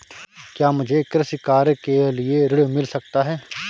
क्या मुझे कृषि कार्य के लिए ऋण मिल सकता है?